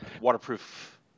waterproof